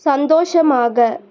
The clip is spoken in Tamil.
சந்தோஷமாக